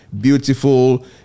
Beautiful